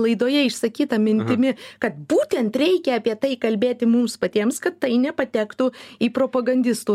laidoje išsakyta mintimi kad būtent reikia apie tai kalbėti mums patiems kad tai nepatektų į propagandistų